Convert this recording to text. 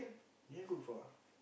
you never go before ah